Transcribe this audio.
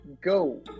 go